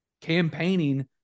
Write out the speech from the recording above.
campaigning